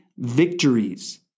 victories